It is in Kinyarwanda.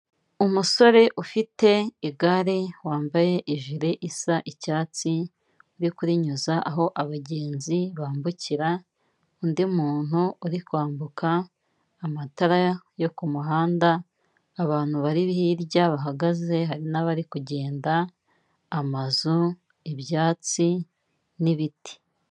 Umusore ufite igare, wambaye ijire isa icyatsi, uri kurinyuza aho abagenzi bambukira, undi muntu uri kwambuka, amatara yo ku muhanda, abantu bari hirya bahagaze, hari n'abari kugenda, amazu, ibyatsi n'ibiti.